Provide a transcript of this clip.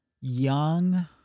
young